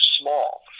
small